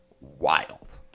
wild